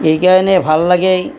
এই কাৰণেই ভাল লাগে